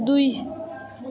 दुई